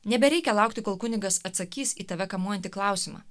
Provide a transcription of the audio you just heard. nebereikia laukti kol kunigas atsakys į tave kamuojantį klausimą